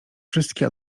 wszystkie